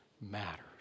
matters